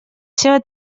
seva